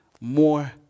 more